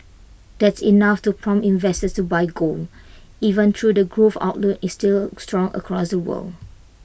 that's enough to prompt investors to buy gold even though the growth outlook is still strong across the world